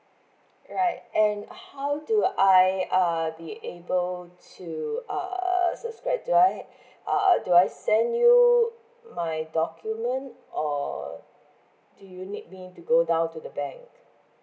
right and how do I uh be able to uh subscribe do I err do I send you my document or do you need me to go down to the bank